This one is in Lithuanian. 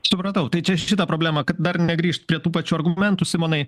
supratau tai čia šitą problemą kad dar negrįžt prie tų pačių argumentų simonai